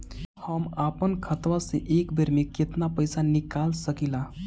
हम आपन खतवा से एक बेर मे केतना पईसा निकाल सकिला?